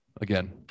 again